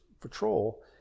patrol